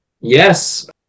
Yes